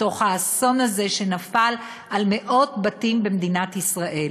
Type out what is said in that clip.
מתוך האסון הזה שנפל על מאות בתים במדינת ישראל.